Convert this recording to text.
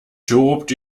tobt